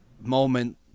moment